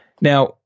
Now